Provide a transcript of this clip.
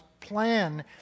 plan